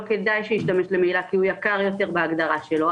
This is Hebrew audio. כדאי שישמש למהילה כי הוא יקר יותר בהגדרה שלו,